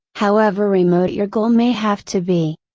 however remote your goal may have to be.